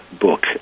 book